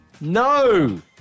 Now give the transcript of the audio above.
No